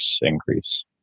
increase